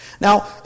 Now